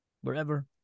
wherever